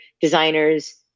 designers